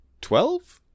Twelve